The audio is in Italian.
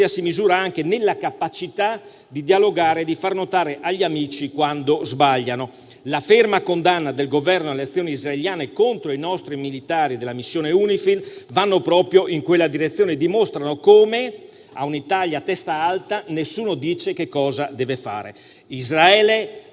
si misura anche nella capacità di dialogare e di far notare agli amici quando sbagliano. La ferma condanna, da parte del Governo, delle azioni israeliane contro i nostri militari della missione UNIFIL va proprio in questa direzione e dimostra come a un'Italia a testa alta nessuno dice cosa deve fare. Israele